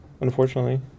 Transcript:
unfortunately